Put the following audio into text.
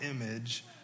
image